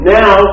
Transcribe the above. now